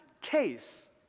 case